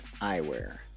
eyewear